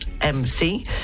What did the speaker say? MC